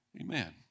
Amen